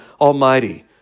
Almighty